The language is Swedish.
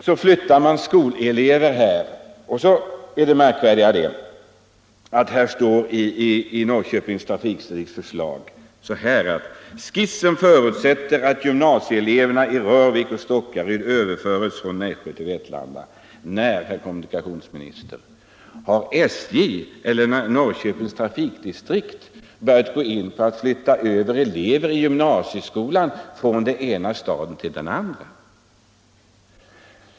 Slutligen står det i en skrivelse från Norrköpings trafikdistrikt följande: ”Skissen förutsätter att gymnasieeleverna i Rörvik och Stockaryd överföres från Nässjö till Vetlanda.” När, herr kommunikationsminister, har SJ eller Norrköpings trafikdistrikt börjat gå in för att flytta elever i gymnasieskolan från den ena kommunen till den andra?